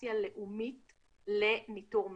אפליקציה לאומית לניטור מגעים.